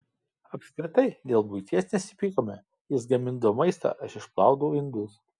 apskritai dėl buities nesipykome jis gamindavo maistą aš išplaudavau indus